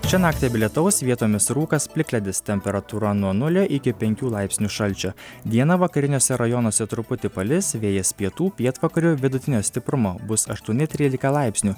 šią naktį be lietaus vietomis rūkas plikledis temperatūra nuo nulio iki penkių laipsnių šalčio dieną vakariniuose rajonuose truputį palis vėjas pietų pietvakarių vidutinio stiprumo bus aštuoni trylika laipsnių